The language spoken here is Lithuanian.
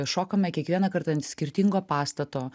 šokame kiekvieną kartą ant skirtingo pastato